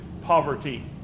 poverty